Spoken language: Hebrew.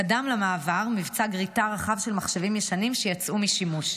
קדם למעבר מבצע גריטה רחב של מחשבים ישנים שיצאו משימוש.